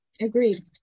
Agreed